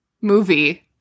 movie